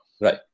Right